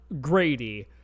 Grady